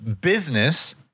business